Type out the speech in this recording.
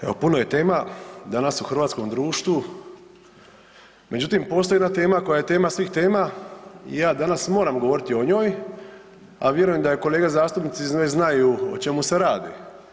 Evo puno je tema danas u hrvatskom društvu, međutim postoji jedna tema koja je tema svih tema, ja danas moram govoriti o njoj a vjerujem da kolege zastupnici već znaju o čemu se radi.